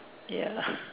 ya